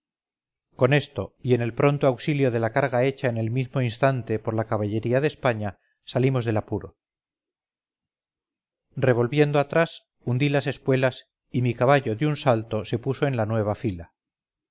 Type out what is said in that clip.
con esto y el pronto auxilio de la carga hecha en el mismo instante por la caballería de españa salimos del apuro revolviendoatrás hundí las espuelas y mi caballo de un salto se puso en la nueva fila